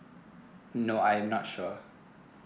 no I'm not sure